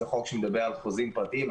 זה חוק שמדבר על חוזים פרטיים.